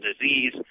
disease